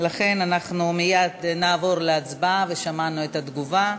ולכן אנחנו מייד נעבור להצבעה, ושמענו את התגובה.